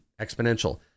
exponential